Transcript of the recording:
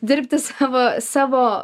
dirbti savo savo